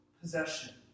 possession